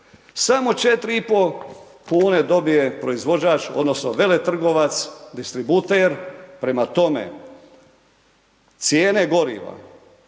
Samo 4,5 kuna donije proizvođač odnosno veletrgovac, distributer, prema tome, cijene goriva